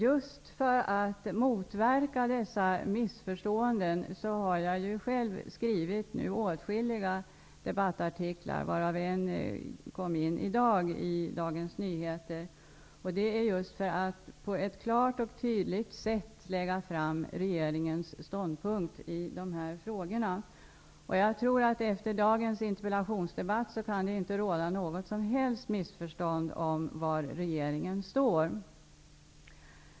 Just för att undvika alla missförstånd har jag själv skrivit åtskilliga debattartiklar, varav en publicerades i Dagens Nyheter av i dag. Det har jag gjort för att på ett klart och tydligt sätt lägga fram regeringens ståndpunkt i dessa frågor. Efter dagens interpellationsdebatt kan det inte råda något som helst missförstånd om var regeringen står.